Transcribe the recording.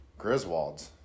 Griswolds